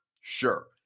Sure